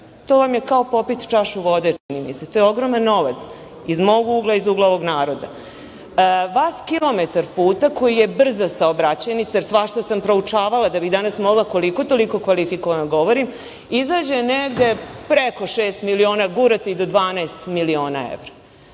To vam je kao popiti čašu vode, čini mi se. To je ogroman novac, iz mog ugla i iz ugla ovog naroda. Vas kilometar puta, koji je brza saobraćajnica, jer svašta sam proučavala da bih danas mogla koliko-toliko kvalifikovano da govorim, izađe negde preko šest miliona, gurate i do 12 miliona evra. Da